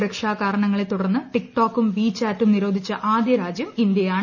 സുരക്ഷാ കാരണങ്ങളെ തുടർന്ന് ടിക് ടോക്കും വീ ചാറ്റും നിരോധിച്ച ആദ്യ രാജ്യം ഇന്ത്യയാണ്